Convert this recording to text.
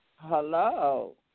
Hello